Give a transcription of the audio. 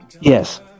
Yes